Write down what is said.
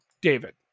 david